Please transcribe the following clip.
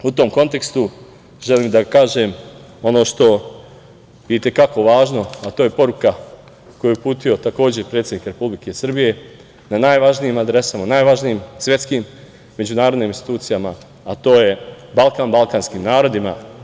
U tom kontekstu, želim da kažem ono što je i te kako važno, a to je poruka koju je uputio takođe predsednik Republike Srbije na najvažnijim adresama, najvažnijim svetskim međunarodnim institucijama, a to je – Balkan balkanskim narodima.